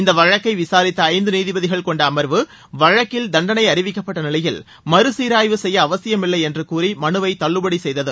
இந்த வழக்கை விசாரித்த ஐந்து நீதிபதிகள் கொண்ட அமா்வு வழக்கில் தண்டனை அறிவிக்கப்பட்ட நிலையில் மறு சீராய்வு செய்ய அவசியமில்லை என்று கூறி மனுவை தள்ளுபடி செய்தது